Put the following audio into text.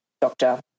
doctor